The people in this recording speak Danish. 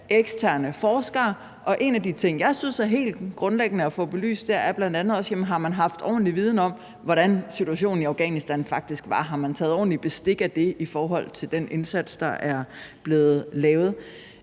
eksterne forskere. En af de ting, jeg synes er helt grundlæggende at få belyst, er bl.a. også, om man har haft ordentlig viden om, hvordan situationen i Afghanistan faktisk var, og om man har taget ordentlig bestik af det i forhold til den indsats, der er blevet lavet.